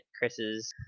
Chris's